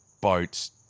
boats